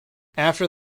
after